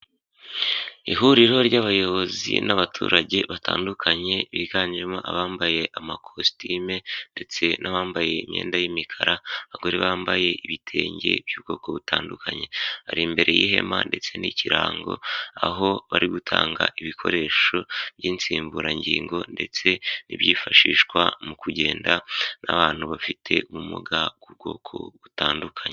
Ihuriro ry'abayobozi n'abaturage batandukanye biganjemo abambaye amakositime ndetse n'abambaye imyenda y'imikara, abagore bambaye ibitenge by'ubwoko butandukanye, bari imbere y'ihema ndetse n'ikirango, aho bari gutanga ibikoresho by'insimburangingo ndetse n'ibyifashishwa mu kugenda n'abantu bafite ubumuga bw'ubwoko butandukanye.